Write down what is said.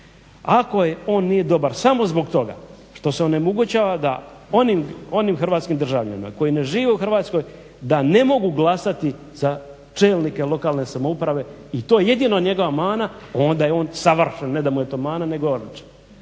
Ako on nije dobar samo zbog toga što se onemogućava da onim hrvatskim državljanima koji ne žive u Hrvatskoj da ne mogu glasati za čelnike lokalne samouprave i to jedina njegova mana onda je on savršen, ne da mu je to mana nego je odličan.